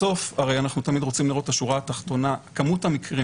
בסוף הרי אנחנו תמיד רוצים לראות את השורה התחתונה כמות המקרים